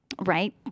Right